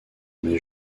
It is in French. mai